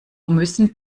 müssen